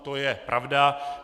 To je pravda.